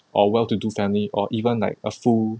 or well to do family or even like a full